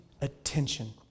Attention